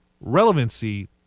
relevancy